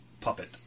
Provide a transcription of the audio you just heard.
puppet